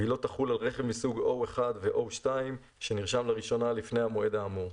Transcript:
והיא לא תחול על רכב מסוג 1O ו- 2O שנרשם לראשונה לפני המועד האמור."